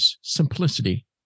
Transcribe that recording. simplicity